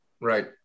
Right